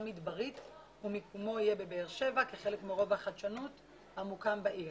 מדברית ומיקומו יהיה בבאר שבע כחלק מרובע החדשנות שמוקם בעיר.